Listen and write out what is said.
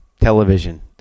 television